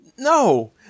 No